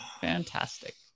Fantastic